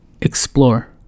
Explore